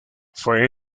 fue